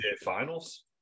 Finals